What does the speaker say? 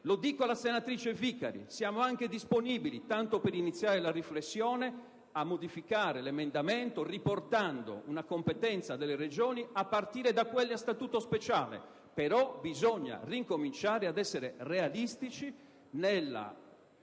Lo dico alla senatrice Vicari: siamo anche disponibili, tanto per iniziare la riflessione, a modificare l'emendamento, riportando una competenza delle Regioni, a partire da quelle a Statuto speciale, ma bisogna ricominciare ad essere realisti